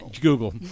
Google